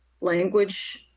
Language